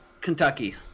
Kentucky